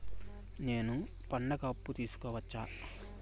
నేను పండుగ అప్పు తీసుకోవచ్చా?